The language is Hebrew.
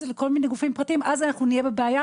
זה לכל מיני גופים פרטיים אז אנחנו נהיה בבעיה,